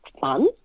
fun